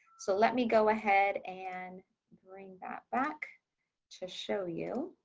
so let me go ahead and bring that back to show you